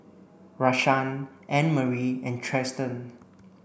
Rashaan Annmarie and Tristan